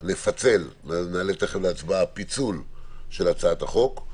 נעלה תיכף להצבעה פיצול של הצעת החוק.